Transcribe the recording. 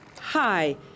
Hi